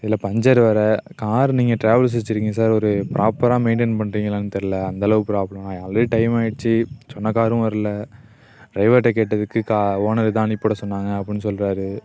இதில் பஞ்சர் வேறு காரு நீங்கள் ட்ராவல்ஸ் வச்சுருக்கீங்க சார் ஒரு ப்ராப்பராக மெய்ன்டென் பண்ணுறீங்களான்னு தெரில அந்தளவுக்கு ப்ராப்லம் ஆல்ரெடி டைம் ஆயிடுச்சு சொன்ன காரும் வரல ட்ரைவர்கிட்ட கேட்டதுக்கு கா ஓனர் இதுதான் அனுப்பிவிட சொன்னாங்க அப்படின்னு சொல்கிறாரு